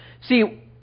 See